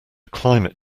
climate